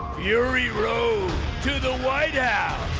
fury road to the white yeah